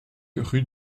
rue